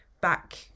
back